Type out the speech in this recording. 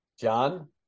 John